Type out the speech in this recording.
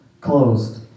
closed